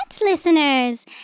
listeners